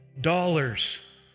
dollars